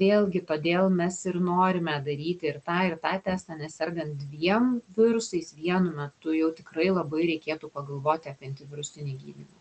vėlgi todėl mes ir norime daryti ir tą ir tą testą nes sergant dviem virusais vienu metu jau tikrai labai reikėtų pagalvoti apie antivirusinį gydymą